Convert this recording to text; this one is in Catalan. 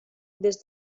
des